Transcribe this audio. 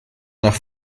nach